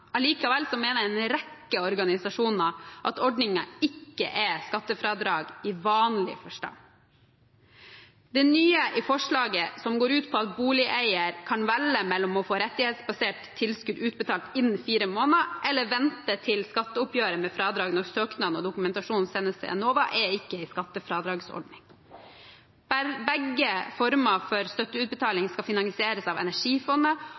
mener en rekke organisasjoner at ordningen ikke er skattefradrag i vanlig forstand. Det nye i forslaget, som går ut på at boligeier kan velge mellom å få rettighetsbasert tilskudd utbetalt innen fire måneder og å vente til skatteoppgjøret, med fradrag når søknad og dokumentasjon sendes til Enova, er ikke en skattefradragsordning. Begge former for støtteutbetaling skal finansieres av Energifondet,